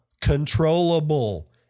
Controllable